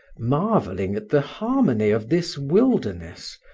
marveling at the harmony of this wilderness,